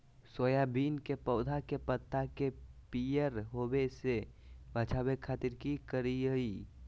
Soybean के पौधा के पत्ता के पियर होबे से बचावे खातिर की करिअई?